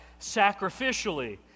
sacrificially